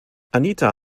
anita